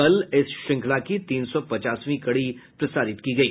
कल इस श्रृंखला की तीन सौ पचासवीं कड़ी प्रसारित की गई